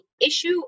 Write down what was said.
issue